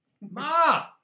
ma